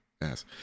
Yes